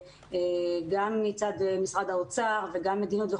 גם מצד משרד האוצר וגם מצד המדיניות,